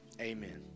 Amen